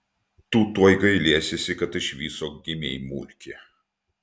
tu tuoj gailėsiesi kad iš viso gimei mulki